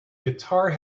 guitar